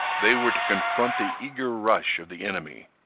they were to confront the eager rush of the enemy.